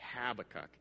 Habakkuk